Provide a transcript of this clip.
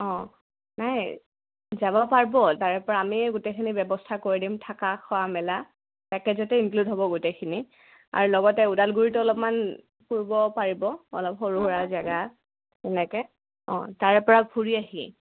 অঁ নাই যাব পাৰিব তাৰেপৰা আমিয়ে গোটেইখিনি ব্যৱস্থা কৰি দিম থকা খোৱা মেলা পেকেজতে ইনক্লুড হ'ব গোটেইখিনি আৰু লগতে ওদালগুৰিত অলপমান ফুৰিব পাৰিব অলপ সৰু সুৰা জাগা এনেকৈ অঁ তাৰে পৰা ফূৰি আহি